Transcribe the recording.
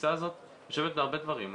התפיסה הזו יושבת בהרבה דברים.